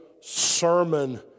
sermon